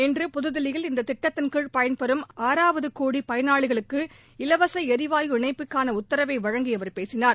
இன்று புதுதில்லியில் இந்த திட்டத்தின் கீழ் பயன்பெறும் ஆறாவது கோடி பயனாளிக்கு இலவச எரிவாயு இணைப்புக்கான உத்தரவை வழங்கி அவர் பேசினார்